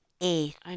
eighth